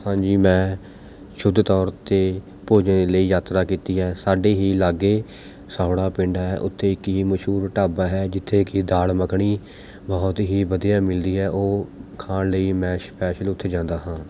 ਹਾਂਜੀ ਮੈਂ ਸ਼ੁੱਧ ਤੌਰ 'ਤੇ ਭੋਜਨ ਲਈ ਯਾਤਰਾ ਕੀਤੀ ਹੈ ਸਾਡੇ ਹੀ ਲਾਗੇ ਸਹੋੜਾ ਪਿੰਡ ਹੈ ਉੱਥੇ ਇੱਕ ਹੀ ਮਸ਼ਹੂਰ ਢਾਬਾ ਹੈ ਜਿੱਥੇ ਕਿ ਦਾਲ਼ ਮੱਖਣੀ ਬਹੁਤ ਹੀ ਵਧੀਆ ਮਿਲਦੀ ਹੈ ਉਹ ਖਾਣ ਲਈ ਮੈਂ ਸਪੈਸ਼ਲ ਉੱਥੇ ਜਾਂਦਾ ਹਾਂ